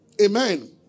Amen